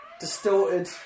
distorted